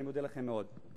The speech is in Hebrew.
אני מודה לכם מאוד.